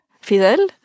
Fidel